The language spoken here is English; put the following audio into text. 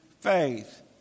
faith